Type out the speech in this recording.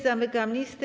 Zamykam listę.